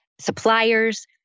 suppliers